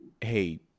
hey